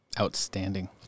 Outstanding